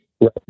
Right